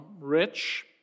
rich